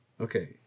Okay